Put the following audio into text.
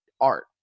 art